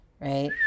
right